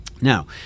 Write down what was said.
Now